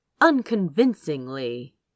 unconvincingly